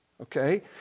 Okay